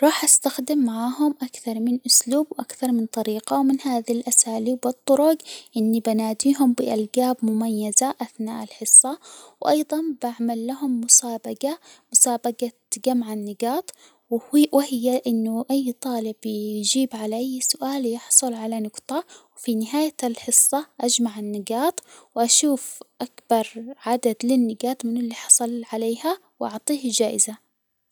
راح أستخدم معاهم أكثر من أسلوب وأكثر من طريقة، ومن هذي الأساليب والطرج إني بناديهم بألجاب مميزة أثناء الحصة، وأيضًا بعمل لهم مسابجة، مسابجة جمع النجاط، وهي إنه أي طالب يجيب على أي سؤال يحصل على نجطة، وفي نهاية الحصة، أجمع النجاط، وأشوف أكبر عدد للنجاط مين اللي حصل عليها، وأعطيه جائزة.